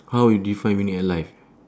how you define winning at life